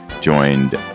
joined